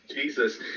Jesus